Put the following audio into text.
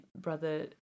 brother